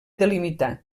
delimitar